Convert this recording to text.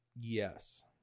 Yes